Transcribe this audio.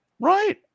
Right